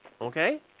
Okay